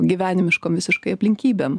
gyvenimiškom visiškai aplinkybėm